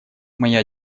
моя